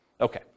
Okay